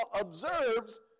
observes